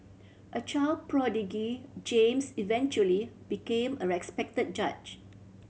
a child prodigy James eventually became a respected judge